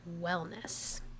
wellness